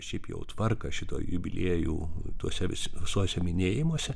šiaip jau tvarką šito jubiliejų tuose visuose minėjimuose